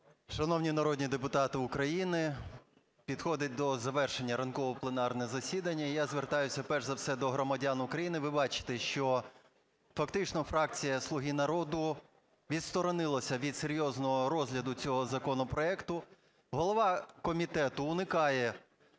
Шановні народні депутати України, підходить до завершення ранкове планерне засідання, і я звертаюся перш за все до громадян України. Ви бачите, що фактично фракція "Слуга народу" відсторонилася від серйозного розгляду цього законопроекту. Голова комітету уникає